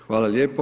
Hvala lijepo.